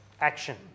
Action